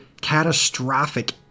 catastrophic